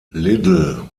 little